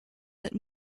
that